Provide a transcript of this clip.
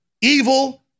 evil